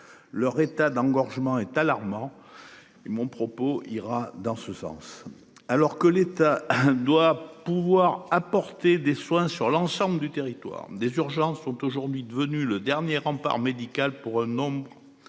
Leur état d'engorgement est alarmant. Et mon propos ira dans ce sens alors que l'État doit pouvoir apporter des soins sur l'ensemble du territoire des urgences sont aujourd'hui devenus le dernier rempart médical pour un homme.